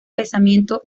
pensamiento